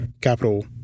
capital